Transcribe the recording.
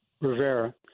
Rivera